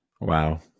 Wow